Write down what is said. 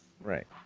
Right